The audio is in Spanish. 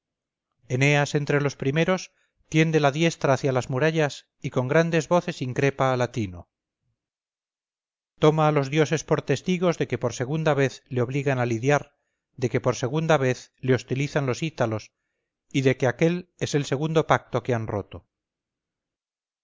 eneas entre los primeros tiende la diestra hacia las murallas y con grandes voces increpa a latino toma a los dioses por testigos de que por segunda vez le obligan a lidiar de que por segunda vez le hostilizan los ítalos y de que aquel es el segundo pacto que han roto